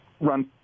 run